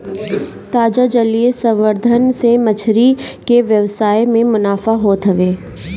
ताजा जलीय संवर्धन से मछरी के व्यवसाय में मुनाफा होत हवे